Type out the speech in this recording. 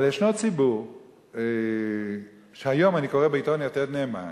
אבל ישנו ציבור שהיום אני קורא בעיתון "יתד נאמן"